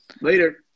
Later